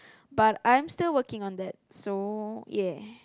but I am still working on that so ya